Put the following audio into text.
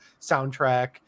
soundtrack